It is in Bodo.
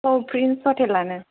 औ प्रिन्स हटेलानो